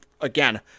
again